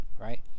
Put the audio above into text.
right